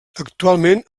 actualment